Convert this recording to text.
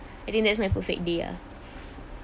I think that's my perfect day ah